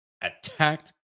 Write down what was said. attacked